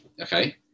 okay